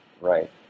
right